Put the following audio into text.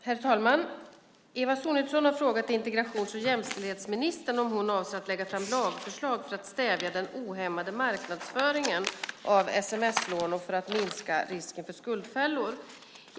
Herr talman! Eva Sonidsson har frågat integrations och jämställdhetsministern om hon avser att lägga fram lagförslag för att stävja den ohämmade marknadsföringen av sms-lån och minska risken för skuldfällor.